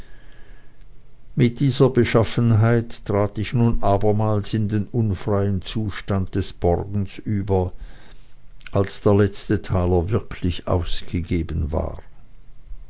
mit dieser beschaffenheit trat ich nun abermals in den unfreien zustand des borgens über als der letzte taler wirklich ausgegeben war